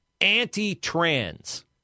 anti-trans